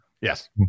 Yes